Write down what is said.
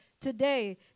today